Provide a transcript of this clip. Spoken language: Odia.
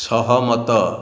ସହମତ